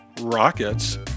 rockets